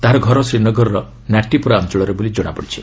ତାହାର ଘର ଶ୍ରୀନଗରର ନାଟିପୋରା ଅଞ୍ଚଳରେ ବୋଲି ଜଣାପଡ଼ିଛି